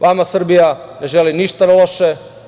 Vama Srbija ne želi ništa loše.